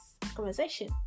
Conversation